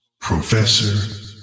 Professor